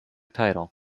title